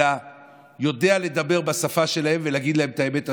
אלא יודע לדבר בשפה שלהם ולהגיד להם את האמת הזאת.